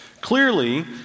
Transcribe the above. Clearly